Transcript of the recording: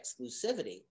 exclusivity